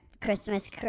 Christmas